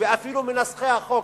ואפילו מנסחי החוק,